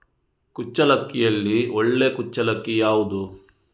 ಕುಚ್ಚಲಕ್ಕಿಯಲ್ಲಿ ಒಳ್ಳೆ ಕುಚ್ಚಲಕ್ಕಿ ಯಾವುದು?